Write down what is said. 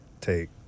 take